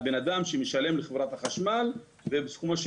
הבן אדם שמשלם לחברת החשמל ובסיכומו של